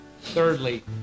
Thirdly